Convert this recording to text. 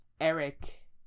Eric